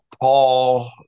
Paul